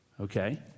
okay